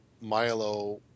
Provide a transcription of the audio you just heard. Milo